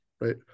right